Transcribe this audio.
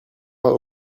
pas